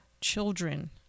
children